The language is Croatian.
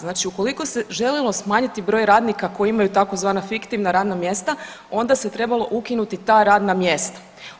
Znači ukoliko se želilo smanjiti broj radnika koji imaju tzv. fiktivna radna mjesta onda se trebalo ukinuti ta radna mjesta.